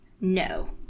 no